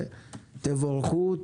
תבורכו,